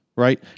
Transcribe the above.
right